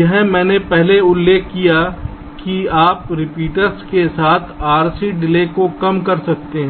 यह मैंने पहले उल्लेख किया है कि आप रिपीटर्स के साथ RC डिले को कम कर सकते हैं